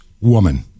woman